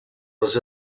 les